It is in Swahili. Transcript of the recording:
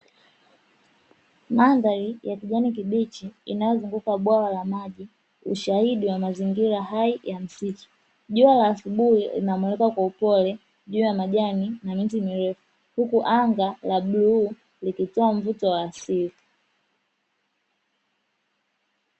Mandhari ya kijani kibichi inayozunguka bwawa la maji, ushahidi wa mazingira hai ya msitu. Jua la asubuhi linamulika kwa upole juu ya majani na miti mirefu, huku anga la bluu likitoa mvuto wa asili.